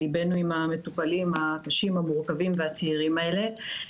ליבנו עם המטופלים הקשים, המורכבים והצעירים האלה.